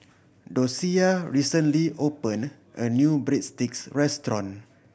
Docia recently opened a new Breadsticks restaurant